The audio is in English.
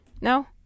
no